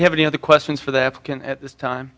but have any other questions for the african at this time